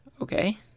okay